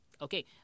okay